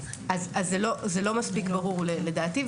זה לא מספיק ברור לדעתי.